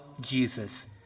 Jesus